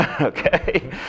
Okay